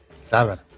seven